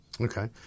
Okay